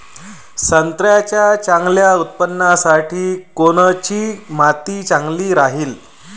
संत्र्याच्या चांगल्या उत्पन्नासाठी कोनची माती चांगली राहिनं?